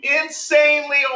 insanely